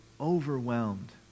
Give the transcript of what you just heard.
overwhelmed